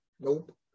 Nope